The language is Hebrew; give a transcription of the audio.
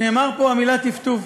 נאמרה פה המילה טפטוף.